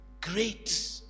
Great